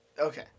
Okay